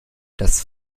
das